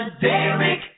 Derek